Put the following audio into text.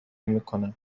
میکنم